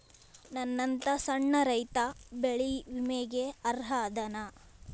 ನನ್ನಂತ ಸಣ್ಣ ರೈತಾ ಬೆಳಿ ವಿಮೆಗೆ ಅರ್ಹ ಅದನಾ?